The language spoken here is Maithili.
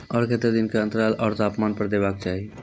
आर केते दिन के अन्तराल आर तापमान पर देबाक चाही?